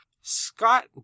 Scott